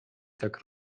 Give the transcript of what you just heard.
tak